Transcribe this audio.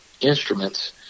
instruments